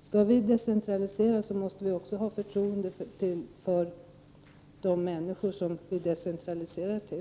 Skall vi decentralisera, måste vi också ha förtroende för de människor som vi decentraliserar till.